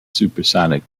supersonic